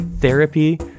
therapy